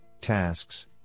tasks